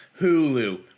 Hulu